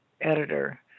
editor